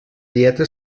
dieta